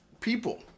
people